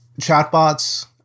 chatbots